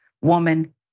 woman